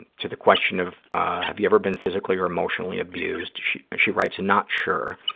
and to the question of have you ever been physically or emotionally abused. she and she writes, and not sure.